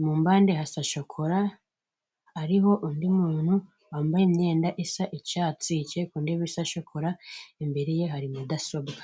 mu mpande hasa shokora hariho undi muntu wambaye imyenda isa icyatsi yicaye ku ntebe isa shokora imbere ye hari mudasobwa.